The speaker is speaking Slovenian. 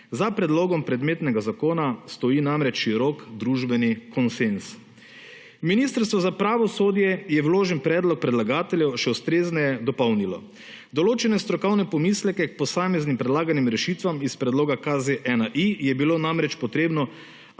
Za predlogom predmetnega zakona stoji namreč širok družbeni konsenz. Ministrstvo za pravosodje je vložen predlog predlagateljev še ustrezneje dopolnilo. Določene strokovne pomisleke k posameznim predlaganim rešitvam iz predloga KZ-1I je bilo namreč potrebno